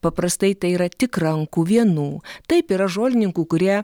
paprastai tai yra tik rankų vienų taip yra žolininkų kurie